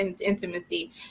intimacy